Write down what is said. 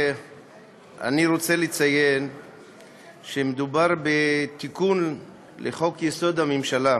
אני רוצה לציין שמדובר בתיקון לחוק-יסוד: הממשלה.